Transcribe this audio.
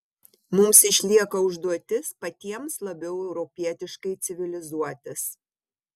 mums išlieka užduotis patiems labiau europietiškai civilizuotis